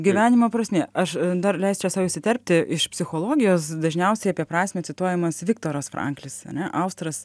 gyvenimo prasmė aš dar leisčiau sau įsiterpti iš psichologijos dažniausiai apie prasmę cituojamas viktoras franklis ane austras